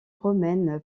romaine